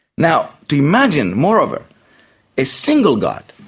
now, to imagine moreover a single god,